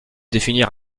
définir